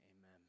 amen